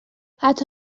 حتی